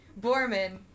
Borman